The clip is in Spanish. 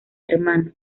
hermano